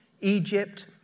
Egypt